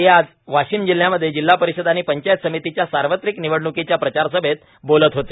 ते आज वाशिम जिल्ह्यामध्ये जिल्हा परिषद आणि पंचायत समितीच्या सार्वत्रिक निवडण्कीच्या प्रचारसभेत ते बोलत होते